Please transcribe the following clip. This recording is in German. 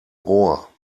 rohr